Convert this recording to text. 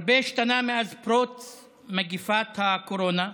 הרבה השתנה מאז פרוץ מגפת הקורונה.